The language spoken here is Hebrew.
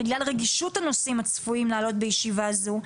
בגלל רגישות הנושאים הצפויים לעלות בישיבה זו,